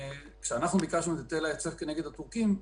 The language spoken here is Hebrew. כשאנחנו ביקשנו את היטל ההיצף כנגד הטורקים,